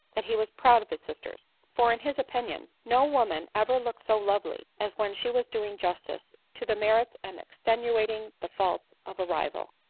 that he was proud of his sisters for, in his opinion, no woman ever looked so lovely, as when she was doing justice to the merits and extenuating the faults of a rival.